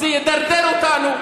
זה ידרדר אותנו,